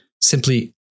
simply